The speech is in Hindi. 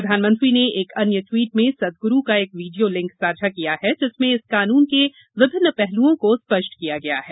प्रधानमंत्री ने एक अन्य ट्वीट में सदगुरू का एक वीडियो लिंक साझा किया है जिसमें इस कानून के विभिन्न पहलुओं को स्पष्ट किया गया है